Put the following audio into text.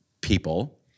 people